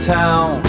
town